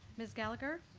ms. gallagher?